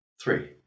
Three